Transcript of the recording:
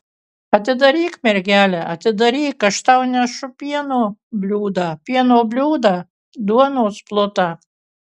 atidaryk mergele atidaryk aš tau nešu pieno bliūdą pieno bliūdą duonos plutą